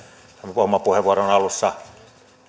oman puheenvuoroni alussa yhdyn